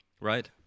right